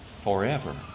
forever